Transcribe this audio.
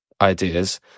ideas